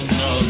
no